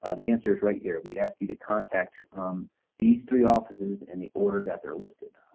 ah the answers right here, we'd ask you to contact these three offices and the order that they're listed.